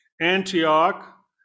Antioch